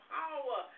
power